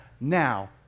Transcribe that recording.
now